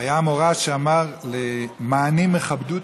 היה מורה שאמר: מאני מכבדותא.